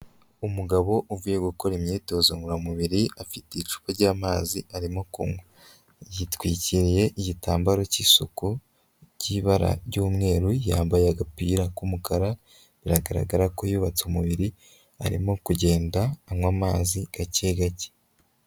Umugabo uvuye gukora imyitozo ngororamubiri afite icupa ry'amazi arimo kunywa, yitwikiriye igitambaro cy'isuku ry'ibara ry'umweru, yambaye agapira k'umukara, biragaragara ko yubatse umubiri, arimo kugenda anywa amazi gake gake.